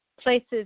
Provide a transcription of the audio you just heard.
places